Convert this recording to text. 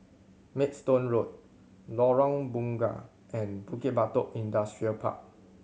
Maidstone Road Lorong Bunga and Bukit Batok Industrial Park